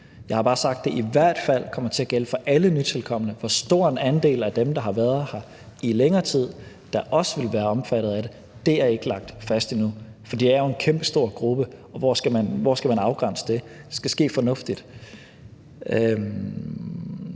Jeg har bare sagt, at det i hvert fald kommer til at gælde for alle nytilkomne. Hvor stor en andel af dem, der har været her i længere tid, der også vil være omfattet af det, er ikke lagt fast endnu, for det er jo en kæmpestor gruppe, og hvor skal man afgrænse det? Det skal ske fornuftigt.